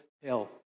hill